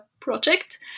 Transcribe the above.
project